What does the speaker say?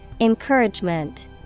Encouragement